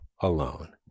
alone